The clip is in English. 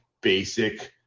basic